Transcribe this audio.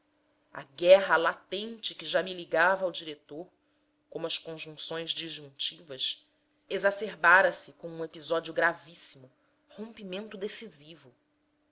a guerra latente que já me ligava ao diretor como as conjunções disjuntivas exacerbara se com um episódio gravíssimo rompimento decisivo